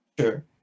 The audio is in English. sure